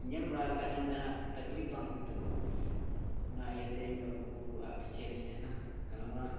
ᱧᱮᱞ ᱵᱟᱲᱟ ᱞᱮᱠᱟ ᱡᱮᱢᱚᱱ ᱡᱟᱦᱟᱱᱟᱜ ᱛᱟᱠᱞᱤᱯᱷ ᱵᱟᱝ ᱦᱩᱭᱩᱜ ᱛᱟᱠᱚ ᱚᱱᱟ ᱤᱭᱟᱹᱛᱮ ᱤᱧᱫᱚ ᱩᱱᱠᱩᱣᱟᱜ ᱯᱤᱪᱷᱮ ᱨᱤᱧ ᱛᱟᱦᱮᱱᱟ ᱜᱟᱞᱢᱟᱨᱟᱣ